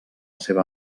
seva